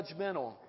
judgmental